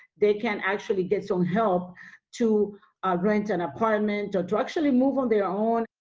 they can actually get some help to rent an apartment or to actually move on their own.